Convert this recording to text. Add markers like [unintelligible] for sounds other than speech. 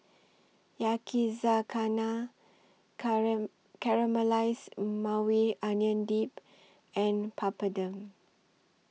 Yakizakana [unintelligible] Caramelized Maui Onion Dip and Papadum